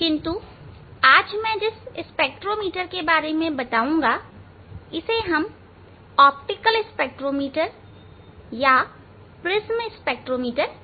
किंतु आज मैं जिस स्पेक्ट्रोमीटर के बारे में बताऊंगा इसे हम ऑप्टिकल स्पेक्ट्रोमीटर या प्रिज्म स्पेक्ट्रोमीटर कहते हैं